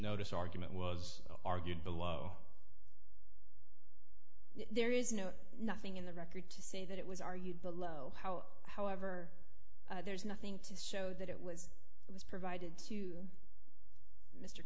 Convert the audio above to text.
notice argument was argued below there is no nothing in the record to say that it was argued below how however there's nothing to show that it was it was provided to